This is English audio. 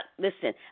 Listen